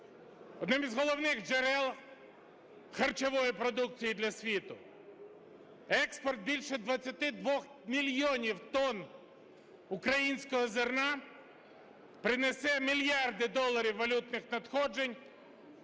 одним із головних джерел харчової продукції для світу. Експорт більше 22 мільйонів тонн українського зерна принесе мільярди доларів валютних надходжень.